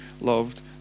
loved